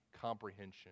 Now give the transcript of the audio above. comprehension